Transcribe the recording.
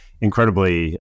incredibly